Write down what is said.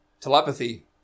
telepathy